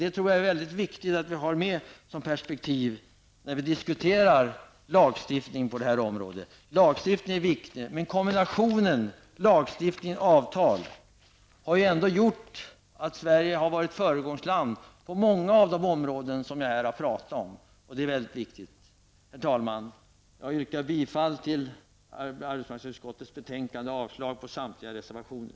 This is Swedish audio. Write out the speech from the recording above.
Jag tror att det är mycket viktigt att vi ser på dessa saker i det perspektivet när vi diskuterar en lagstiftning på området. En lagstiftning är viktig. Just kombinationen lagstiftning och avtal har gjort att Sverige har varit ett föregångsland på många av de områden som jag här har nämnt, och det är mycket viktigt. Herr talman! Jag yrkar bifall till hemställan i arbetsmarknadsutskottets betänkande 17 och avslag på samtliga reservationer.